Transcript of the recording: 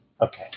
Okay